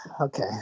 Okay